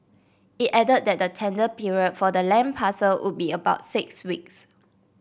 it added that the tender period for the land parcel would be about six weeks